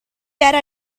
era